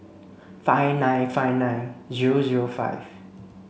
five nine five nine zero zero five